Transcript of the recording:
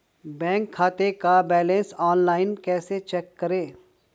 Bank खाते का balance online कैसे चेक करें?